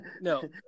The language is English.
no